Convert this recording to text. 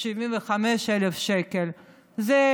75,000 שקלים.